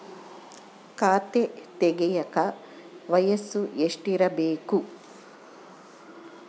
ಖಾತೆ ತೆಗೆಯಕ ವಯಸ್ಸು ಎಷ್ಟಿರಬೇಕು?